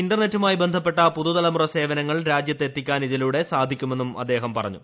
ഇന്റർനെറ്റുമായി ബന്ധപ്പെട്ട പുതുതലമുറ സേവനങ്ങൾ രാജ്യത്ത് എത്തിക്കാൻ ഇതിലൂടെ സാധിക്കുമെന്നും അദ്ദേഹം പറഞ്ഞു